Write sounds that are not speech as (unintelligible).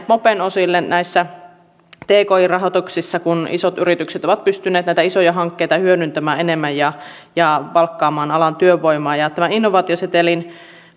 (unintelligible) mopen osille näissä tki rahoituksissa kun isot yritykset ovat pystyneet näitä isoja hankkeita hyödyntämään enemmän ja ja palkkaamaan alan työvoimaa tämän innovaatiosetelin